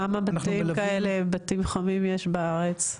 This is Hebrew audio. כמה בתים כאלה חמים יש בארץ?